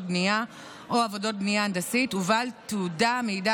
בנייה או עבודות בנייה הנדסית ובעל תעודה המעידה